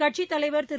கட்சித் தலைவர் திரு